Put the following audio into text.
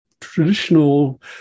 traditional